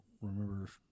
remember